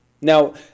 Now